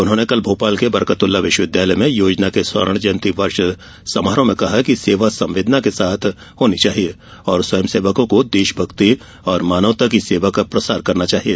उन्होंने कल भोपाल के बरकतउल्ला विश्वविद्यालय में योजना के स्वर्णजयंती वर्ष समारोह में कहा कि सेवा संवेदना के साथ होनी चाहिए और स्वयंसेवकों को देशभक्ति और मानवता की सेवा का प्रसार करना चाहिए